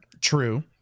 True